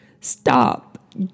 Stop